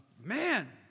man